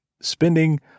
spending